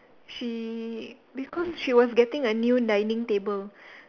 she because she was getting a new dining table